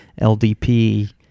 LDP